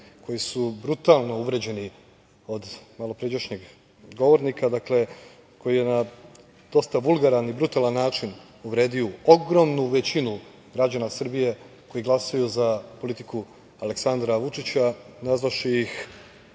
koji su brutalno uvređeni od malopređašnjeg govornika, koji je na dosta vulgaran i brutalan način uvredio ogromnu većinu građana Srbije koji glasaju za politiku Aleksandra Vučića, nazvavši ih,